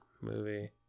movie